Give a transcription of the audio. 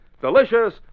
delicious